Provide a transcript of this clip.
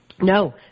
No